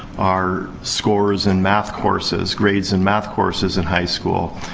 are scores in math courses, grades in math courses in high school,